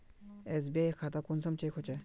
SBI खाता कुंसम check होचे?